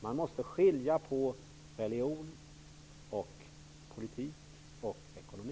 Man måste skilja mellan religion, politik och ekonomi.